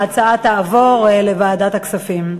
ההצעה תעבור לוועדת הכספים.